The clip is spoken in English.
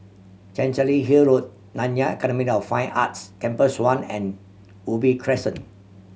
Chancery Hill Road Nanyang Academy of Fine Arts Campus One and Ubi Crescent